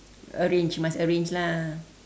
arrange must arrange lah